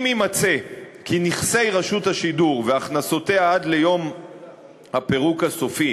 אם יימצא כי נכסי רשות השידור והכנסותיה עד ליום הפירוק הסופי